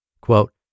Quote